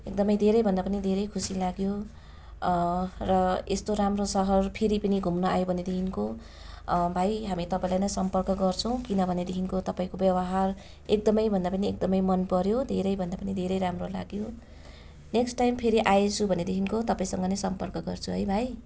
एकदमै धेरैभन्दा पनि धेरै खुसी लाग्यो र यस्तो राम्रो सहर फेरि पनि घुम्न आयौँ भनेदेखिको भाइ हामी तपाईँलाई नै सम्पर्क गर्छौँ किन भनेदेखिको तपाईँको व्यवहार एकदमै भन्दा पनि एकदमै मन पर्यो धेरैभन्दा पनि धेरै राम्रो लाग्यो नेक्स्ट टाइम फेरि आएछु भनेदेखिको तपाईँसँग नै सम्पर्क गर्छु है भाइ